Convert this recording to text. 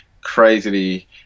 crazily